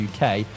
UK